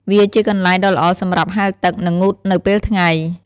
វាជាកន្លែងដ៏ល្អសម្រាប់ហែលទឹក និងងូតនៅពេលថ្ងៃ។